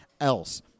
else